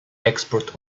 export